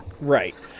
Right